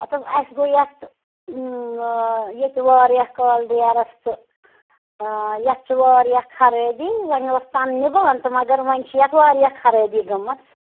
ہَتھ حظ اَسہِ گوٚو یَتھ ییٚتہِ واریاہ کال ڈیرس تہٕ یَتھ چھِ واریاہ خرٲبی وۄنۍ اوس تنہٕ نِبان تہٕ مگر وۄنۍ چھِ یَتھ واریاہ خرٲبی گٔمٕژ